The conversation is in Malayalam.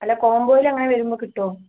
അല്ല കോമ്പോയിൽ അങ്ങനെ വരുമ്പോ കിട്ടോ